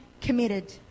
committed